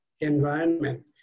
environment